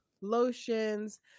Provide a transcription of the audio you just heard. lotions